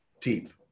deep